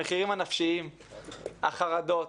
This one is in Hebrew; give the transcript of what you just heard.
המחירים הנפשיים, החרדות,